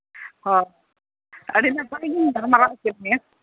ᱦᱳᱭ ᱟᱹᱰᱤ ᱱᱟᱯᱟᱭ ᱜᱤᱧ ᱜᱟᱞᱢᱟᱨᱟᱣ ᱠᱮᱫ ᱢᱮᱭᱟ